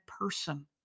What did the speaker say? person